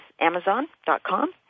Amazon.com